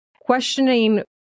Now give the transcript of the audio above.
questioning